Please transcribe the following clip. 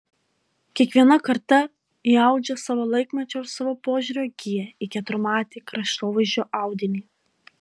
kiekviena karta įaudžia savo laikmečio ir savo požiūrio giją į keturmatį kraštovaizdžio audinį